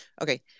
okay